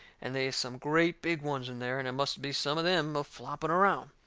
and they is some great big ones in there, and it must be some of them a-flopping around.